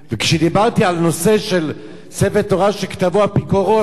כשדיברתי על הנושא של ספר תורה שכתבוֹ אפיקורוס,